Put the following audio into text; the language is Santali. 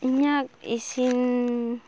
ᱤᱧᱟᱹᱜ ᱤᱥᱤᱱ